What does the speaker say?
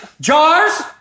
jars